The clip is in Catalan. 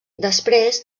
després